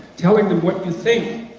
telling them what you think.